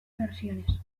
versiones